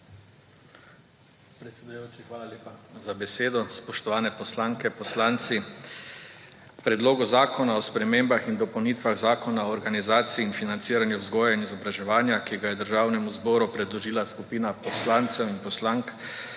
hvala lepa za besedo. Spoštovane poslanke, poslanci. K Predlogu zakona o spremembah in dopolnitvah Zakona o organizaciji in financiranju vzgoje in izobraževanja, ki ga je Državnemu zboru predložila skupina poslancev in poslank